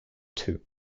two